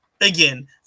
again